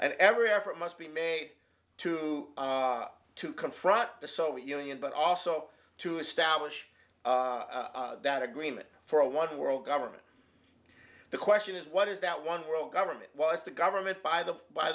and every effort must be made to to confront the soviet union but also to establish that agreement for a one world government the question is what is that one world government was the government by the by